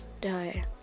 die